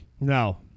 No